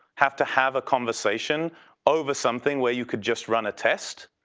have to have a conversation over something where you could just run a test,